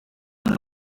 that